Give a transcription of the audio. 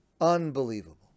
Unbelievable